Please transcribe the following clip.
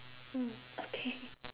mm okay